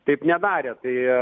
taip nedarė tai